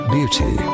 Beauty